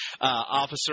Officer